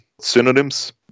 synonyms